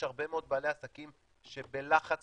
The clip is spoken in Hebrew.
יש הרבה מאוד בעלי עסקים שהם בלחץ